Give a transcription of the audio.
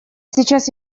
сейчас